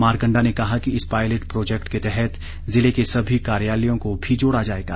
मारकंडा ने कहा कि इस पॉयलेट प्रोजैक्ट के तहत जिले के सभी कार्यालयों को भी जोड़ा जाएगा